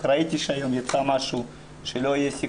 ראיתי שהיום הוצע משהו שלא יהיה לו סיכוי,